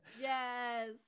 yes